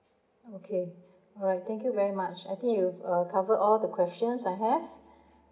okay alright thank you very much I think you've uh cover all the questions I have